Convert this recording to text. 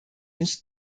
nicht